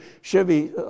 Chevy